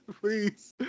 Please